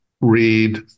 read